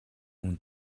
хүн